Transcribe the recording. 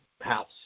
house